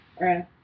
Right